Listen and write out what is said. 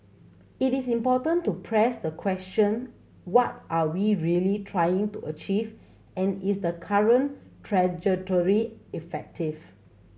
it is important to press the question what are we really trying to achieve and is the current trajectory effective